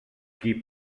qui